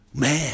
Man